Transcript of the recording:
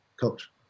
coach